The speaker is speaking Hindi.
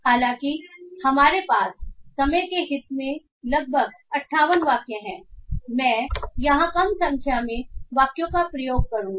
हालांकि हमारे पास समय के हित में लगभग 58 वाक्य हैं मैं यहाँ कम संख्या में वाक्यों का प्रयोग करूँगा